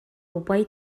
упай